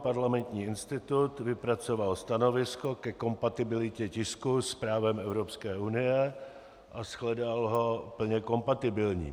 Parlamentní institut vypracoval stanovisko ke kompatibilitě tisku s právem Evropské unie a shledal ho plně kompatibilním.